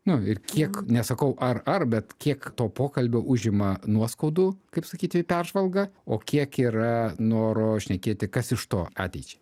nu ir kiek nesakau ar ar bet kiek to pokalbio užima nuoskaudų kaip sakyti peržvalga o kiek yra noro šnekėti kas iš to ateičiai